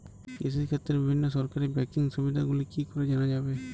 কৃষিক্ষেত্রে বিভিন্ন সরকারি ব্যকিং সুবিধাগুলি কি করে জানা যাবে?